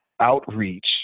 outreach